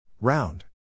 Round